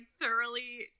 thoroughly